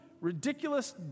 ridiculous